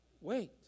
Wait